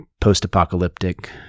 post-apocalyptic